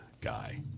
guy